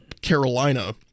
Carolina